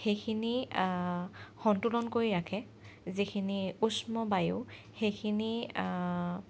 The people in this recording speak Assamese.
সেইখিনি সন্তুলন কৰি ৰাখে যিখিনি উষ্ম বায়ু সেইখিনি